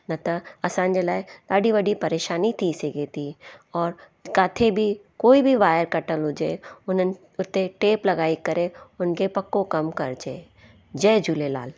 न त असांजे लाइ ॾाढी वॾी परेशानी थी सघे थी और किथे बि कोई बि वायर कटल हुजे उन्हनि उते टेप लॻाई करे उनखे पको कमु करिजे जय झूलेलाल